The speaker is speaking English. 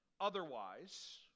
Otherwise